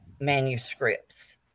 manuscripts